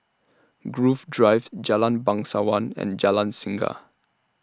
Grove Drive Jalan Bangsawan and Jalan Singa